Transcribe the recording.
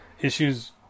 issues